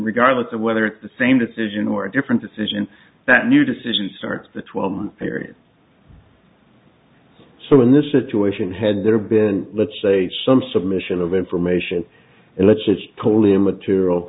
regardless of whether it's the same decision or a different decision that new decision since the twelve month period so in this situation had there been let's say some submission of information and let's say it's totally immaterial